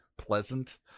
pleasant